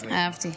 אז אהבתי.